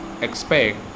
expect